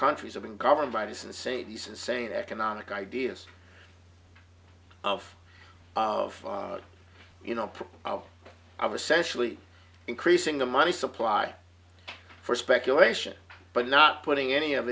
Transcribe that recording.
countries are being governed by this insane he's insane economic ideas of of you know i was sensually increasing the money supply for speculation but not putting any of